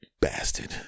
bastard